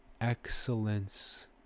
excellence